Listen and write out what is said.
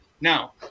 Now